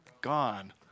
Gone